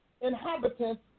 inhabitants